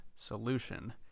solution